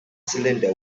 cylinder